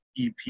EP